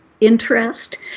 interest